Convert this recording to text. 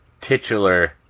titular